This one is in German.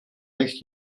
recht